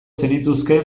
zenituzke